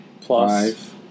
Plus